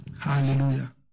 Hallelujah